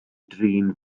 drin